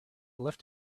left